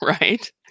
Right